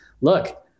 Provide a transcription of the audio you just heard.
look